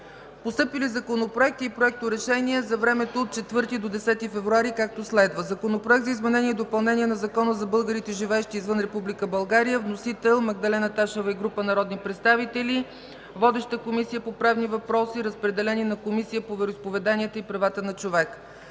Постъпили законопроекти и проекторешения за времето от 4 до 10 февруари 2015 г. Законопроект за изменение и допълнение на Закона за българите, живеещи извън Република България. Вносител – Магдалена Ташева и група народни представители. Водеща е Комисията по правни въпроси, разпределен е и на Комисията по вероизповеданията и правата на човека.